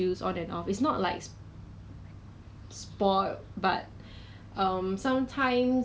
like very got this smelly smell but then usually I would buy err